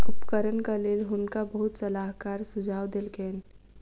उपकरणक लेल हुनका बहुत सलाहकार सुझाव देलकैन